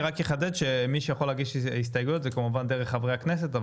אני רק אחדד שמי שיכול להגיש הסתייגויות זה כמובן דרך חברי הכנסת,